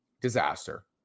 disaster